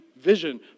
vision